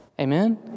Amen